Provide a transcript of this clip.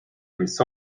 mis